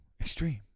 extreme